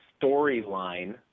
storyline